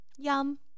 Yum